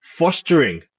fostering